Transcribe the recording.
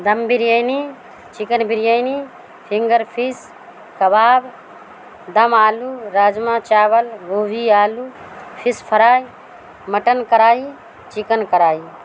دم biryani chicken biryani finger fish kebab dum aloo rajma chawal gobhi aloo fish fry mutton karahi chicken کرائی